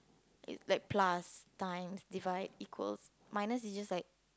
it's like plus times divide equals minus is just like